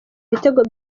ibitego